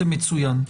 זה מצוין.